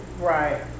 Right